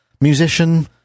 musician